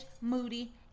moody